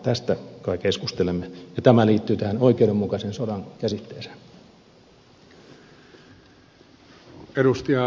tästä kai keskustelemme ja tämä liittyy tähän oikeudenmukaisen sodan käsitteeseen